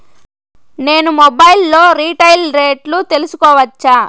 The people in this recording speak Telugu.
నేను మొబైల్ లో రీటైల్ రేట్లు తెలుసుకోవచ్చా?